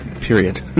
period